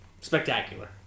spectacular